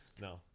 No